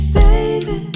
baby